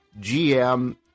GM